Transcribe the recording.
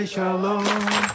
Shalom